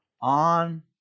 on